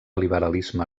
liberalisme